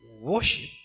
worship